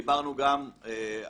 דיברנו גם על